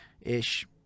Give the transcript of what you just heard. ish